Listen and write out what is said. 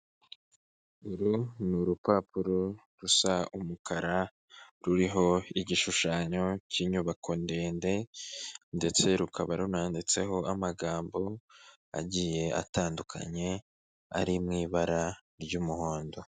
Uru ni urupapuro rusa umukara, ruriho igishushanyo cy'inyubako ndende ndetse rukaba runanditseho amagambo agiye atandukanye, ari mu ibara ry'umuhondo.